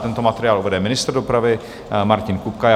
Tento materiál uvede ministr dopravy Martin Kupka.